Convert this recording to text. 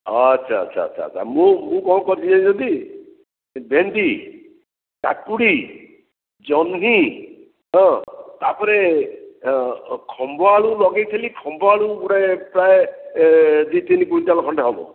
ହଁ ଆଚ୍ଛା ଆଚ୍ଛା ଆଚ୍ଛା ମୁଁ ମୁଁ କ'ଣ କରିଛି ଜାଣିଛ ଟି ଭେଣ୍ଡି କାକୁଡି ଜହ୍ନି ହଁ ତା'ପରେ ଖମ୍ବଆଳୁ ଲଗେଇଥିଲି ଖମ୍ବଆଳୁ ଗୁଡ଼ାଏ ପ୍ରାୟେ ଦୁଇ ତିନି କୁଇଣ୍ଟାଲ୍ ଖଣ୍ଡେ ହେବ